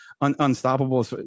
unstoppable